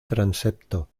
transepto